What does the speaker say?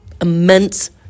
immense